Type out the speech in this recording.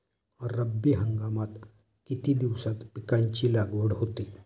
रब्बी हंगामात किती दिवसांत पिकांची लागवड होते?